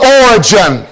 origin